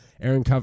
Aaron